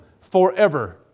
forever